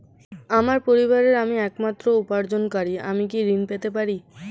আমার পরিবারের আমি একমাত্র উপার্জনকারী আমি কি ঋণ পেতে পারি?